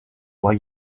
why